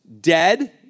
dead